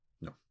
No